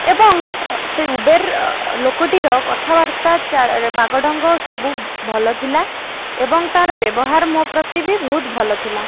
ଏବଂ ସେ ଉବର୍ ଲୋକଟିର କଥାବାର୍ତ୍ତା ବାଗଢ଼ଙ୍ଗ ସବୁ ଭଲ ଥିଲା ଏବଂ ତା'ର ବ୍ୟବହାର ମୋ ପ୍ରତି ବି ବହୁତ ଭଲ ଥିଲା